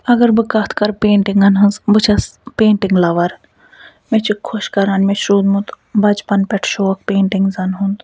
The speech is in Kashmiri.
اگر بہٕ کَتھ کَرٕ پیٚنٹِنٛگن ہٕنٛز بہٕ چھَس پیٚنٹِنٛگ لَور مےٚ چھِ خۄش کَران مےٚ چھُ روٗدمُت بچپن پٮ۪ٹھ شوق پیٚنٹنٛگزن ہُنٛد